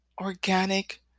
organic